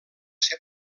ser